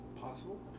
possible